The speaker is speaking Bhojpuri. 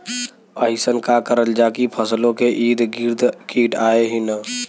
अइसन का करल जाकि फसलों के ईद गिर्द कीट आएं ही न?